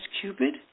Cupid